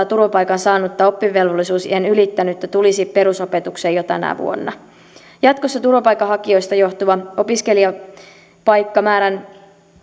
turvapaikan saanutta oppivelvollisuusiän ylittänyttä tulisi perusopetukseen jo tänä vuonna jatkossa turvapaikanhakijoista johtuva opiskelijapaikkamäärän